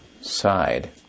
side